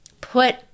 put